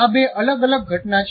આ બે અલગ અલગ ઘટના છે